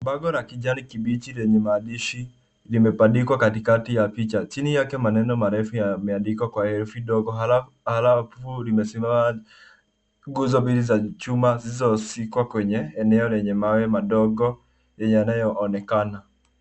Bango la kijani kibichi lenye maandishi limebandikwa katikati ya picha. Chini yake maneno marefu yameandikwa kwa herufi ndogo, alafu limesimama . Nguzo mbili za chuma zilizoshikwa kwenye eneo lenye mawe madogo yenye yanayoonekana.